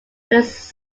his